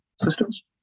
systems